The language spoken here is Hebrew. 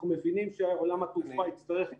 אנחנו מבינים שעולם התעופה יצטרך להתאושש,